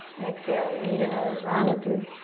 exhale, knee to nose, round it through.